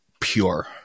pure